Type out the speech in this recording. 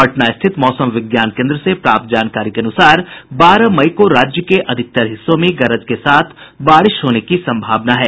पटना स्थित मौसम विज्ञान केन्द्र से प्राप्त जानकारी के अनुसार बारह मई को राज्य के अधिकांश हिस्सों में गरज के साथ बारिश होने की संभावना है